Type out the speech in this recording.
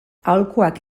aholkuak